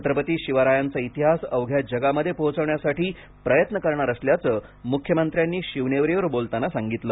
छत्रपती शिवरायांचा इतिहास अवघ्या जगामधे पोहोचवण्यासाठी प्रयत्न करणार असल्याचं मुख्यमंत्र्यांनी शिवनेरीवर बोलताना सांगितलं